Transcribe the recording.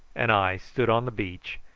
and i stood on the beach,